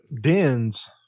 dens